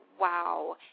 wow